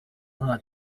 nta